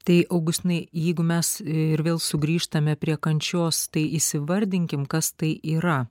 tai augustinai jeigu mes ir vėl sugrįžtame prie kančios tai įsivardinkim kas tai yra